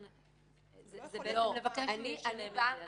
לכן אנחנו לא רוצים שזה יהיה חובה.